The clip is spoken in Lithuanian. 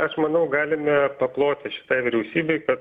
aš manau galime paploti šitai vyriausybei kad